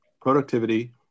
productivity